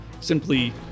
simply